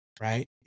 right